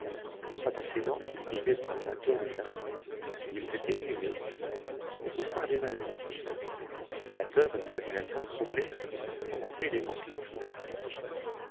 cet accident était causé par la nature du terrain où ils étaient inhumés ou bien par des maladies la peur et l'imagination troublée en ont fait des vampires